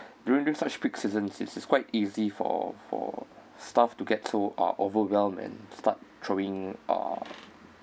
during during such peak seasons it's quite easy for for staff to get so uh overwhelmed and start throwing uh